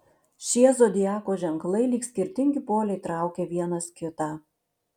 šie zodiako ženklai lyg skirtingi poliai traukia vienas kitą